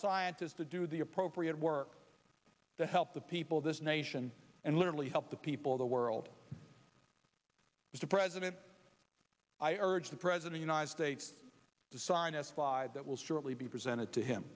scientists to do the appropriate work to help the people of this nation and literally help the people of the world mr president i urge the president united states to sign a slide that will shortly be presented to him